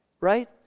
right